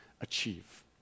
achieve